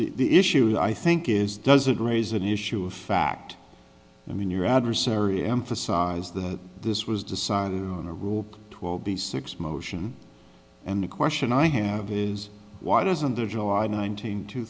the issue i think is does it raise an issue of fact i mean your adversary emphasize that this was decided on a rule twelve b six motion and the question i have is why doesn't the july nineteenth two